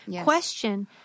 question